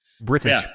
British